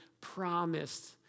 promised